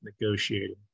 Negotiating